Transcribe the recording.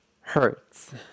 hurts